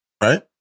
Right